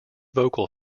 vocal